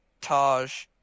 Taj